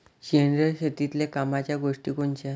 सेंद्रिय शेतीतले कामाच्या गोष्टी कोनच्या?